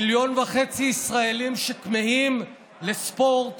מיליון וחצי ישראלים שכמהים לספורט